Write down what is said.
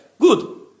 good